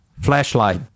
Flashlight